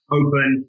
open